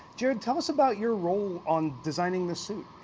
jared, tell us about your role on designing this suit.